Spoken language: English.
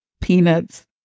Peanuts